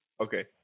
okay